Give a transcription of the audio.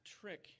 trick